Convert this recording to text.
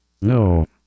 No